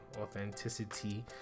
authenticity